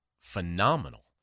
phenomenal